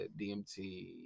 dmt